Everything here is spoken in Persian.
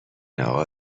اقا